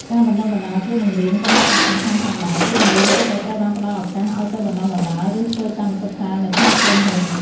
ការបណ្តុះបណ្តាលគ្រូបង្រៀន ក៏មានសារៈសំខាន់ផងដែរ គ្រូបង្រៀនគួរតែត្រូវបានផ្តល់ឱកាសឱ្យទៅបណ្តុះបណ្តាល ឬធ្វើកម្មសិក្សានៅក្នុងក្រុមហ៊ុន